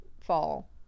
fall